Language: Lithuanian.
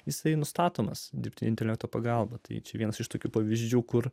jisai nustatomas dirbtinio intelekto pagalba tai vienas iš tokių pavyzdžių kur